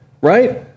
right